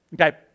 Okay